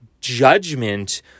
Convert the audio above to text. judgment